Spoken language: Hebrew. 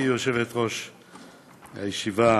גברתי יושבת-ראש הישיבה,